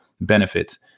benefits